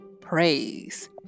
praise